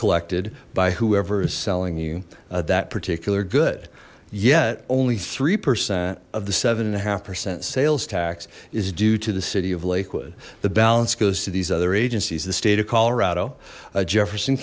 collected by whoever is selling you that particular good yet only three percent of the seven and a half percent sales tax is due to the city of lakewood the balance goes to these other agencies the state of colorado jefferson